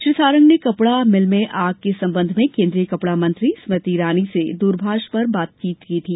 श्री सारंग ने कपड़ा मिल में आग के संबंध में केन्द्रीय कपड़ा मंत्री स्मृति ईरानी से दूरभाष से बातचीत की थी